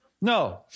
No